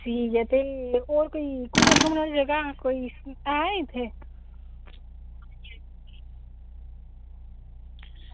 ते ठीक ऐ ते होर कोई घुम्मन आह्ली जगह ऐ कोई ऐ इत्थें